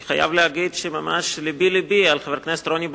אני חייב להגיד שממש לבי לבי על חבר הכנסת רוני בר-און,